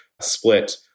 split